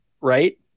right